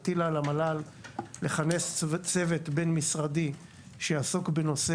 הטילה על המל"ל לכנס צוות בין-משרדי שיעסוק בנושא